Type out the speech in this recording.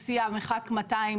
הבית שלי יושב ממש מעל מכלי הדלק,